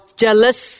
Jealous